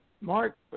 Mark